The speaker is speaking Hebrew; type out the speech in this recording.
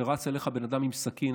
כשרץ אליך בן אדם עם סכין,